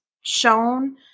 shown